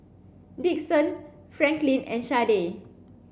Dixon Franklin and Sharday